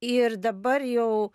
ir dabar jau